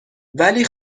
ولی